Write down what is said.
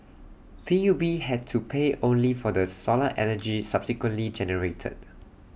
P U B had to pay only for the solar energy subsequently generated